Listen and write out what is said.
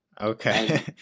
Okay